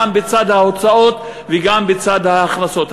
גם בצד ההוצאות וגם בצד ההכנסות.